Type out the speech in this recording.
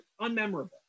unmemorable